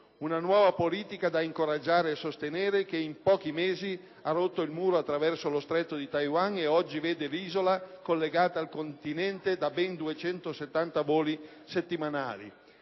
Una nuova politica da incoraggiare e sostenere, che in pochi mesi ha rotto il muro attraverso lo stretto di Taiwan e che oggi vede l'isola collegata al continente da ben 270 voli settimanali.